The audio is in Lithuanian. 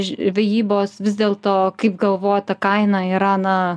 žvejybos vis dėl to kaip galvojat ta kaina yra na